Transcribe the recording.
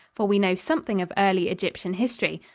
for we know something of early egyptian history,